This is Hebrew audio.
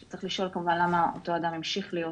שצריך לשאול כמובן למה אותו אדם המשיך להיות